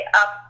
up